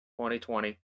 2020